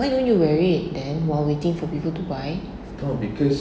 why don't you wear it then while waiting for people to buy